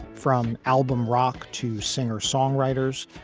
from album rock to singer songwriters.